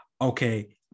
okay